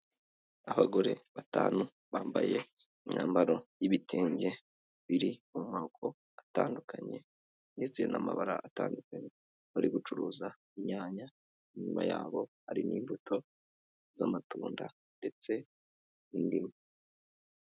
Abagore batanu bambaye imyambaro y'ibitenge biri mu moko atandukanye ndetse n'amabara atandukanye, bari gucuruza inyanya, inyuma yabo hari n'imbuto z'amatunda ndetse n'indimu.